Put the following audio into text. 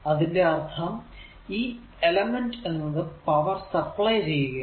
അതിന്റെ അർഥം ഈ എലമെന്റ് എന്നത് പവർ സപ്ലൈ ചെയ്യുകയാണ്